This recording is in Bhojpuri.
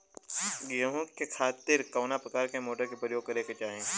गेहूँ के खेती के खातिर कवना प्रकार के मोटर के प्रयोग करे के चाही?